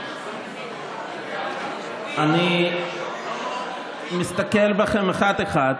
אני מסתכל בכם אחד-אחד,